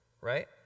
right